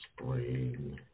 spring